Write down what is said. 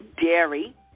dairy